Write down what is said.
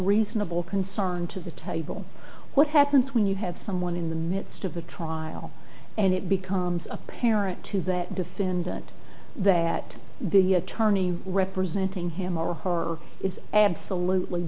reasonable concern to the table what happens when you have someone in the midst of a trial and it becomes apparent to that defendant that the attorney representing him or her is absolutely